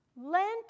Lent